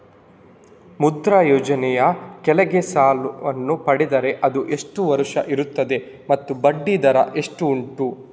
ಮುದ್ರಾ ಯೋಜನೆ ಯ ಕೆಳಗೆ ಸಾಲ ವನ್ನು ಪಡೆದರೆ ಅದು ಎಷ್ಟು ವರುಷ ಇರುತ್ತದೆ ಮತ್ತು ಬಡ್ಡಿ ದರ ಎಷ್ಟು ಉಂಟು?